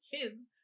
kids